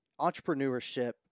entrepreneurship